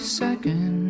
second